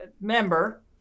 member